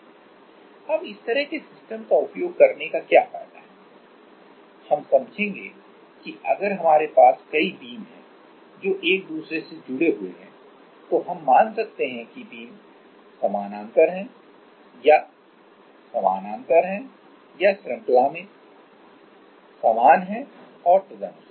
अब इस तरह की सिस्टम का उपयोग करने का क्या फायदा है हम समझेंगे कि अगर हमारे पास कई बीम हैं जो एक दूसरे से जुड़े हुए हैं तो हम मान सकते हैं कि बीम समानांतर हैं या समानांतर या श्रृंखला में समान हैं और तदनुसार